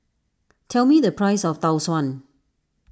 tell me the price of Tau Suan